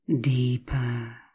deeper